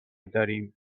داریم